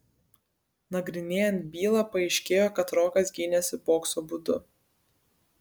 nagrinėjant bylą paaiškėjo kad rokas gynėsi bokso būdu